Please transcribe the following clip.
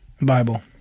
bible